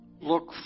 Look